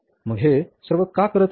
मग हे सर्व का करत आहे